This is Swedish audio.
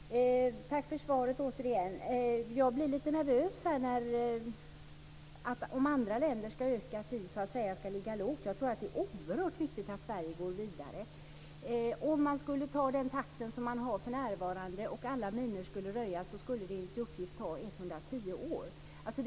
Fru talman! Tack för svaret återigen. Jag blir lite nervös när jag hör att om andra länder skall öka skall vi ligga lågt. Jag tror att det är oerhört viktigt att Sverige går vidare. Om man skulle röja alla minor med den takt som är för närvarande skulle det enligt uppgift ta 110 år.